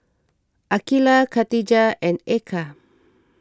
Aqilah Katijah and Eka